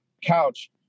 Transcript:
couch